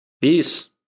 Peace